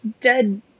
dead